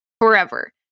forever